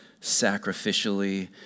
sacrificially